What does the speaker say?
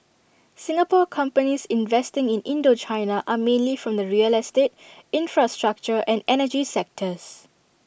Singapore companies investing in Indochina are mainly from the real estate infrastructure and energy sectors